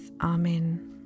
Amen